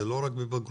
זה לא רק בבגרות.